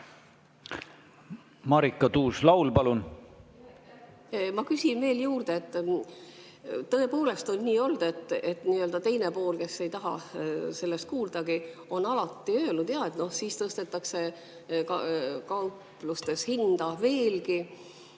Marika Tuus-Laul, palun! Ma küsin veel juurde. Tõepoolest on nii olnud, et teine pool, kes ei taha sellest kuuldagi, on alati öelnud: "Ja, siis tõstetakse kauplustes hinda veelgi,"